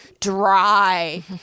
dry